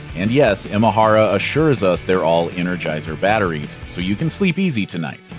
and yes, imahara assures us they're all energizer batteries, so you can sleep easy tonight.